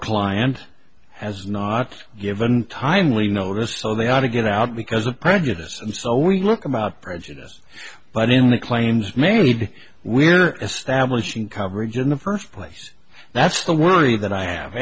client has not given timely notice so they ought to get out because of prejudice and so we look about prejudice but in the claims made we are establishing coverage in the first place that's the worry that i have